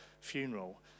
funeral